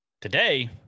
today